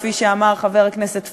כפי שאמר חבר הכנסת פריג',